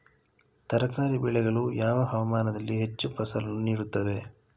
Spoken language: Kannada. ತರಕಾರಿ ಬೆಳೆಗಳು ಯಾವ ಹವಾಮಾನದಲ್ಲಿ ಹೆಚ್ಚು ಫಸಲನ್ನು ನೀಡುತ್ತವೆ?